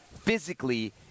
physically